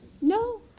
No